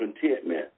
contentment